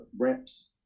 reps